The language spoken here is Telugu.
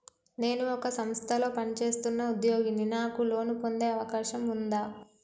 నేను ఒక సంస్థలో పనిచేస్తున్న ఉద్యోగిని నాకు లోను పొందే అవకాశం ఉందా?